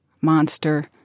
monster